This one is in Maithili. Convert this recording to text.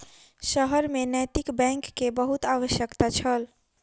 शहर में नैतिक बैंक के बहुत आवश्यकता छल